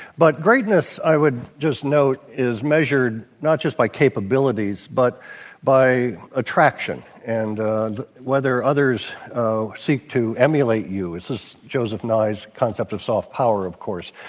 but greatness, i would just note, is measured not just by capabilities but by attraction and whether others seek to emulate you. this is joseph nye's concept of soft power, of course.